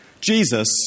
Jesus